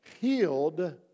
healed